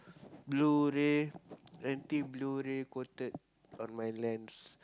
blue ray anti blue ray coated on my lens